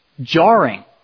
jarring